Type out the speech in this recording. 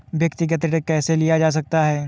व्यक्तिगत ऋण कैसे लिया जा सकता है?